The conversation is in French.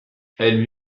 elle